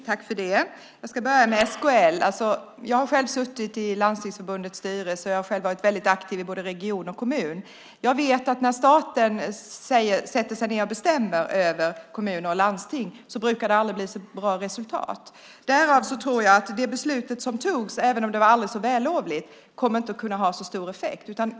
Herr talman! Jag börjar med SKL. Jag har själv suttit i Landstingsförbundets styrelse och varit väldigt aktiv i både region och kommun. Jag vet att när staten sätter sig ned och bestämmer över kommuner och landsting brukar det aldrig bli så bra resultat. Därför tror jag att det beslut som togs, även om det var aldrig så vällovligt, inte kommer att kunna få så stor effekt.